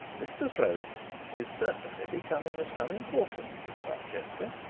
mr slope is certainly becoming of some importance in barchester.